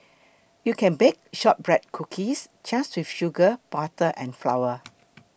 you can bake Shortbread Cookies just with sugar butter and flour